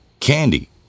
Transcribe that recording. Candy